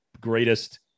greatest